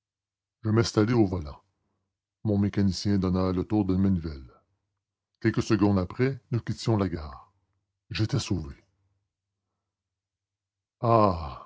je m'installai au volant mon mécanicien donna le tour de manivelle quelques secondes après nous quittions la gare j'étais sauvé ah